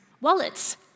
Wallets